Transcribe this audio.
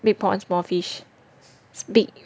big pond small fish big